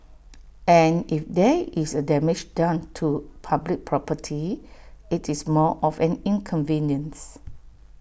and if there is A damage done to public property IT is more of an inconvenience